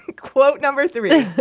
quote number three